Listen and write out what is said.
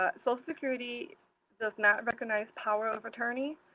ah so security does not recognize power of attorney.